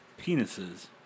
Penises